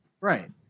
Right